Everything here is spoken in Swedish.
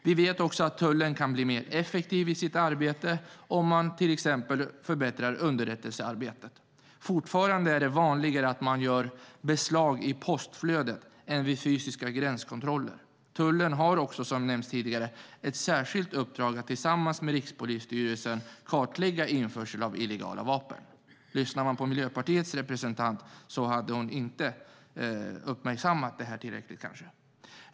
Vi vet att tullen kan bli mer effektiv i sitt arbete om man till exempel förbättrar underrättelsearbetet. Fortfarande är det vanligare att man gör beslag i postflödet än vid fysiska gränskontroller. Tullen har också, som nämnts tidigare, ett särskilt uppdrag att tillsammans med Rikspolisstyrelsen kartlägga införseln av illegala vapen. Miljöpartiets representant hade kanske inte uppmärksammat detta.